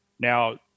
Now